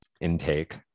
intake